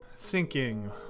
Sinking